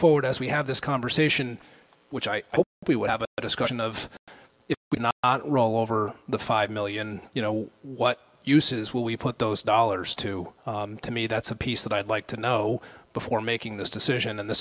forward as we have this conversation which i hope we will have a discussion of if we roll over the five million you know what uses will we put those dollars to to me that's a piece that i'd like to know before making this decision and the